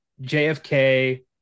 JFK